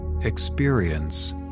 experience